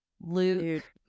Luke